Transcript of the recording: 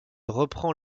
reprend